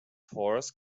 horse